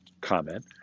comment